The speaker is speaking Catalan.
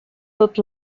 tot